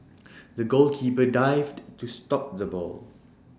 the goalkeeper dived to stop the ball